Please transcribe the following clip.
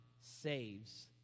saves